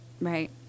right